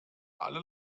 alle